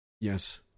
Yes